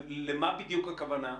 למה בדיוק הכוונה?